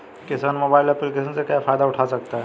किसान mobile application से क्या फायदा उठा सकता है?